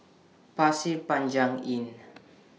Pasir Panjang Inn